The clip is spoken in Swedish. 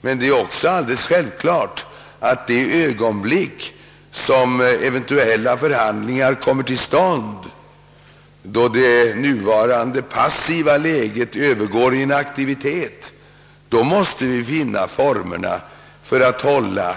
Men det är självklart att i samma ögonblick den nuvarande passiviteten övergår i aktivitet och förhandlingar kommer till stånd måste vi söka finna formerna för att hålla